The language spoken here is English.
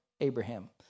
Abraham